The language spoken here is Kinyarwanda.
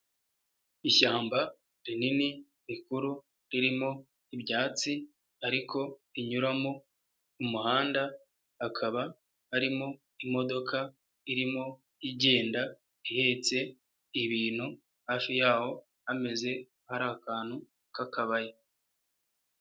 Ishyamba rinini rikuru ririmo ibyatsi ariko rinyuramo umuhanda, hakaba harimo imodoka irimo igenda ihetse ibintu, hafi y'aho hameze hari nk'aho ari akantu k'akabaya.